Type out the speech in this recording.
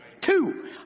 Two